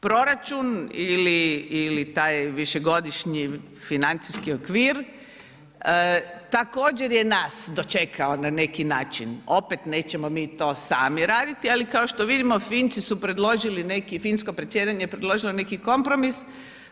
Proračun ili taj višegodišnji financijski okvir, također je nas dočekao na neki način, opet, nećemo mi to sami raditi ali kao što vidimo, Finci su predložili neki, finsko predsjedanje je predložilo neki kompromis